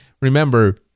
remember